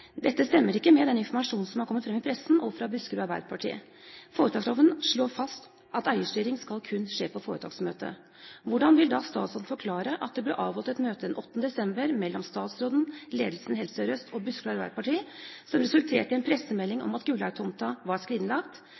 Dette stemmer ikke med den informasjonen som har kommet frem i pressen og fra Buskerud Arbeiderparti. Foretaksloven slår fast at eierstyring kun skal skje på foretaksmøte. Hvordan vil da statsråden forklare at det ble avholdt et møte den 8. desember mellom statsråden, ledelsen i Helse Sør-Øst og Buskerud Arbeiderparti som resulterte i en pressemelding om at Gullaug-tomten var skrinlagt,